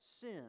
sin